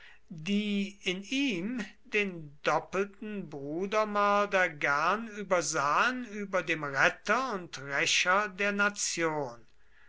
die in ihm den doppelten brudermörder gern übersahen über dem retter und rächer der nation